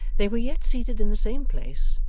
they were yet seated in the same place,